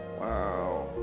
Wow